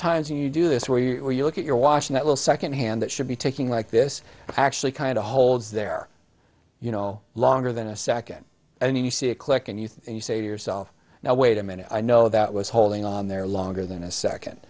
times when you do this where you are you look at your washing that will second hand that should be taking like this actually kind of holds there you no longer than a second and you see a click and youth and you say to yourself now wait a minute i know that was holding on there longer than a second